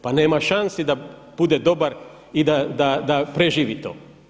Pa nema šansi da bude dobar i da preživi to.